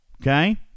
Okay